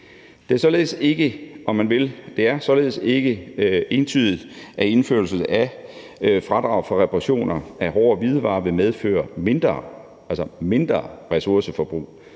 Det er således ikke entydigt, at indførelse af fradrag for reparationer af hårde hvidevarer vil medføre mindre ressourceforbrug.